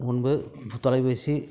முன்பு தொலைப்பேசி